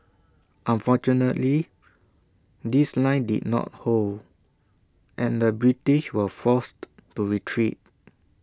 unfortunately this line did not hold and the British were forced to retreat